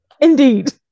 indeed